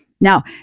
Now